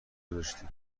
گذاشتی